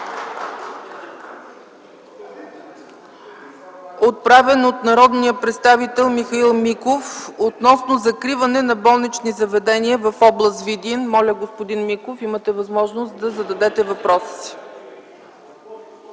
отправен от народния представител Михаил Миков, относно закриване на болнични заведения в област Видин. Моля, господин Миков, имате възможност да зададете въпроса си.